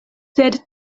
sed